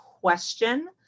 question